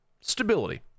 stability